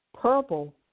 Purple